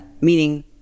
meaning